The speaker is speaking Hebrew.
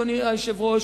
אדוני היושב-ראש,